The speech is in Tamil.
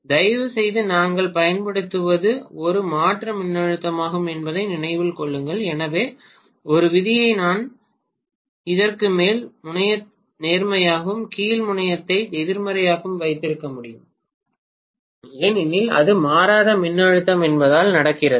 தயவுசெய்து நாங்கள் பயன்படுத்துவது ஒரு மாற்று மின்னழுத்தமாகும் என்பதை நினைவில் கொள்ளுங்கள் எனவே ஒரு விதியாக நான் மேல் முனையத்தை நேர்மறையாகவும் கீழ் முனையத்தை எதிர்மறையாகவும் வைத்திருக்க முடியாது ஏனெனில் அது மாறாத மின்னழுத்தம் என்பதால் நடக்காது